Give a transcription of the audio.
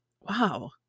wow